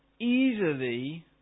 easily